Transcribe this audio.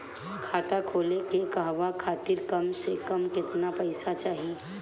खाता खोले के कहवा खातिर कम से कम केतना पइसा चाहीं?